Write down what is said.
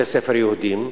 בבתי-ספר יהודיים,